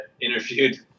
interviewed